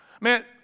Man